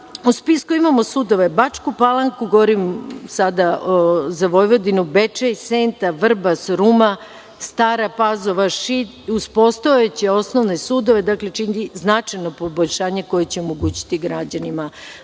U spisku imamo sudove Bačku Palanku, govorim o Vojvodini, Bečej, Senta, Vrbas, Ruma, Stara Pazova, Šid, uz postojeće osnovne sudove. Dakle, učinjeno je znatno poboljšanje koje ćemo omogućiti građanima